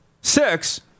six